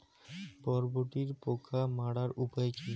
বরবটির পোকা মারার উপায় কি?